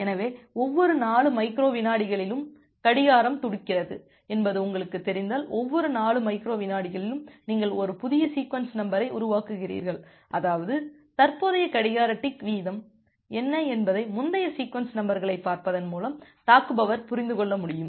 எனவே ஒவ்வொரு 4 மைக்ரோ விநாடிகளிலும் கடிகாரம் துடிக்கிறது என்பது உங்களுக்குத் தெரிந்தால் ஒவ்வொரு 4 மைக்ரோ விநாடிகளிலும் நீங்கள் ஒரு புதிய சீக்வென்ஸ் நம்பரை உருவாக்குகிறீர்கள் அதாவது தற்போதைய கடிகார டிக் வீதம் என்ன என்பதை முந்தைய சீக்வென்ஸ் நம்பர்களைப் பார்ப்பதன் மூலம் தாக்குபவர் புரிந்து கொள்ள முடியும்